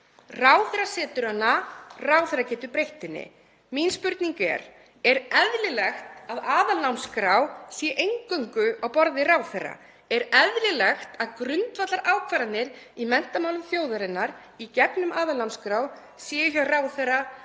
Ráðherra setur hana, ráðherra getur breytt henni. Mín spurning er: Er eðlilegt að aðalnámskrá sé eingöngu á borði ráðherra? Er eðlilegt að grundvallarákvarðanir í menntamálum þjóðarinnar í gegnum aðalnámskrá (Forseti